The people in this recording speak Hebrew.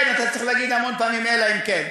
כן, אתה צריך להגיד המון פעמים "אלא אם כן".